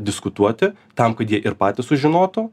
diskutuoti tam kad jie ir patys sužinotų